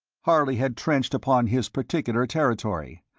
harley had trenched upon his particular territory,